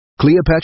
Cleopatra